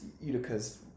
Utica's